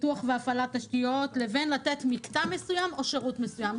פיתוח והפעלת תשתיות לבין לתת מקטע מסוים או שירות מסוים.